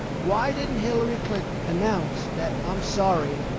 why didn't hillary clinton announce that, i'm sorry,